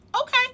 okay